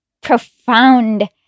profound